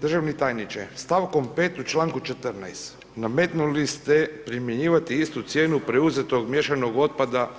Državni tajniče, stavkom 5. u članku 14. nametnuli ste primjenjivati istu cijenu preuzetog miješanog otpada